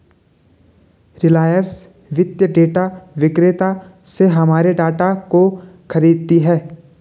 रिलायंस वित्तीय डेटा विक्रेता से हमारे डाटा को खरीदती है